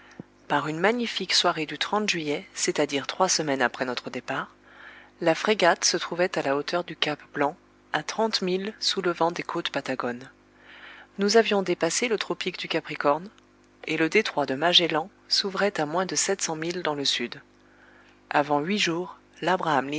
par une magnifique soirée du juillet c'est-à-dire trois semaines après notre départ la frégate se trouvait à la hauteur du cap blanc à trente milles sous le vent des côtes patagonnes nous avions dépassé le tropique du capricorne et le détroit de magellan s'ouvrait à moins de sept cent milles dans le sud avant huit jours